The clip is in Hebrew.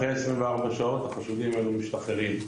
אחרי 24 שעות החשודים האלו משתחררים,